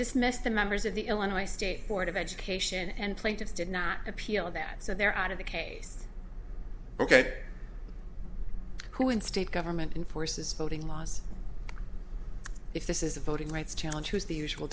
dismissed the members of the illinois state board of education and plaintiffs did not appeal that so they're out of the case ok who in state government enforces voting laws if this is a voting rights challenge who's the usual